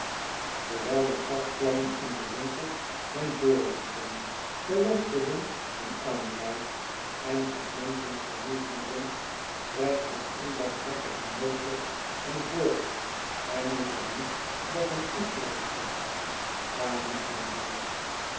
terwijl de gasvlammen in de winkels hem voorlichten de westenwind hem aanwaait en het menschengewoel hem dringt drijft het onbarmhartige noodlot hem voort en is er niets dat hem toefluistert ga niet naar huis